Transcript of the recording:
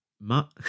Mutt